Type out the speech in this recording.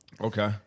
Okay